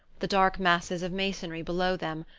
the dark masses of masonry below them,